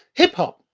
hip-hop,